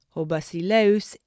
Hobasileus